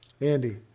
Andy